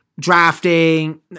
drafting